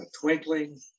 twinkling